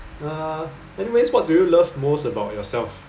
uh anyways what do you love most about yourself